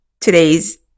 today's